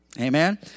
Amen